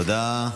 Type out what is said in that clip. תודה.